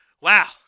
wow